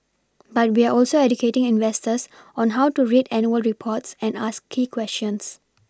but we're also educating investors on how to read annual reports and ask key questions